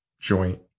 joint